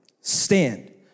stand